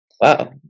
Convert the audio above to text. Wow